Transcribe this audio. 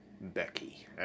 Becky